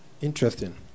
Interesting